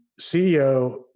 CEO